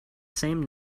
same